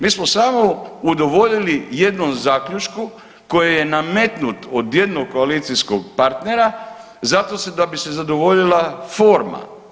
Mi smo samo udovoljili jednom zaključku koji je nametnut od jednog koalicijskog partnera zato da bi se zadovoljila forma.